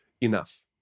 enough